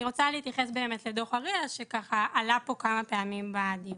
אני רוצה להתייחס לדוח ה-RIA שעלה כמה פעמים בדיון.